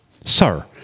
Sir